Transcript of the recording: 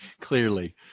Clearly